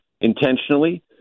intentionally